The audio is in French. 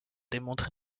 démontré